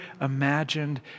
imagined